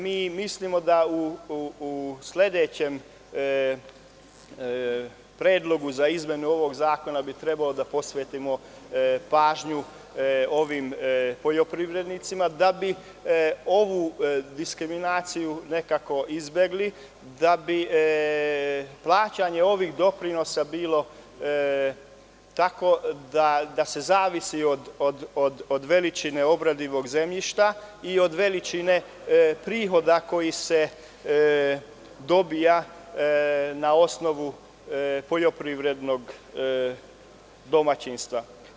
Mi mislimo da u sledećem predlogu za izmene ovog zakona bi trebalo da posvetimo pažnju ovim poljoprivrednicima da bi ovu diskriminaciju nekako izbegli, da bi plaćanje ovih doprinosa bilo tako da sve zavisi od veličine obradivog zemljišta i od veličine prihoda koji se dobija na osnovu poljoprivrednog domaćinstva.